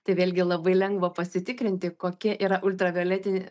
tai vėlgi labai lengva pasitikrinti kokia yra ultravioletinių